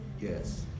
Yes